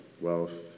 wealth